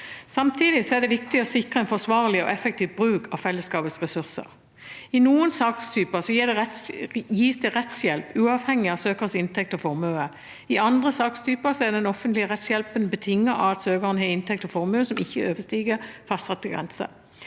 Samtidig er det viktig å sikre en forsvarlig og effektiv bruk av fellesskapets ressurser. I noen sakstyper gis det rettshjelp uavhengig av søkers inntekt og formue. I andre sakstyper er den offentlige rettshjelpen betinget av at søkeren har inntekt og formue som ikke overstiger fastsatte grenser.